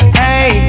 hey